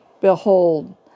behold